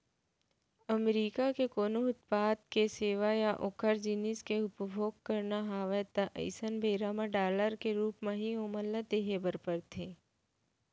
अमरीका के कोनो उत्पाद के सेवा या ओखर जिनिस के उपभोग करना हवय ता अइसन बेरा म डॉलर के रुप म ही ओमन ल देहे बर परथे